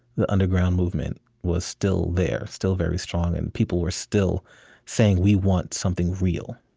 the underground movement was still there, still very strong, and people were still saying, we want something real.